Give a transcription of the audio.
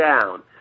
down